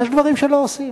יש דברים שלא עושים.